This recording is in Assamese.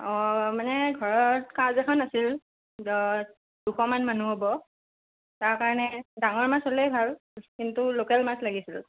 অঁ মানে ঘৰত কাজ এখন আছিল দুশমান মানুহ হ'ব তাৰ কাৰণে ডাঙৰ মাছ হ'লে ভাল কিন্তু লোকেল মাছ লাগিছিল